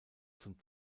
zum